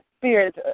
spirit